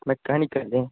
mechanic അല്ലേ